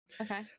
okay